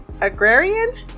agrarian